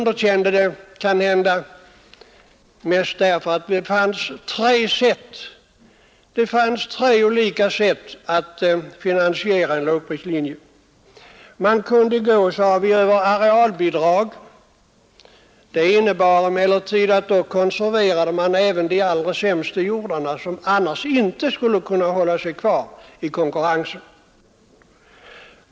Det fanns tre olika sätt att finansiera en lågprislinje: Man kunde gå, sade vi, över arealbidrag. Det innebar emellertid att man konserverade även de allra sämsta jordarna som annars inte skulle kunna hålla sig kvar i konkurrensen.